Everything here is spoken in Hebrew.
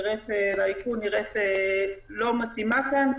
לאיכון נראית לא מתאימה כאן.